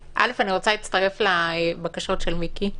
אני רוצה להצטרף לבקשות של חבר הכנסת מיקי לוי.